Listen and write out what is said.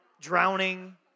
drowning